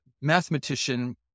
mathematician